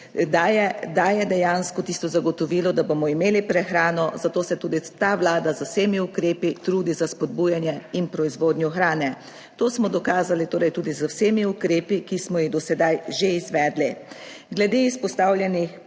daje dejansko tisto zagotovilo, da bomo imeli prehrano, zato se tudi ta vlada z vsemi ukrepi trudi za spodbujanje in proizvodnjo hrane. To smo dokazali torej tudi z vsemi ukrepi, ki smo jih do sedaj že izvedli. Glede izpostavljenih